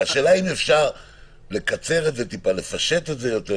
השאלה היא האם לקצר את זה טיפה, לפשט את זה יותר.